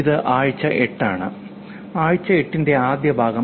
ഇത് ആഴ്ച 8 ആണ് ആഴ്ച 8 ന്റെ ആദ്യ ഭാഗം